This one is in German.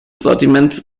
sortiment